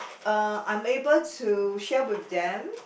uh I'm able to share with them